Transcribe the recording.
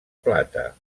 plata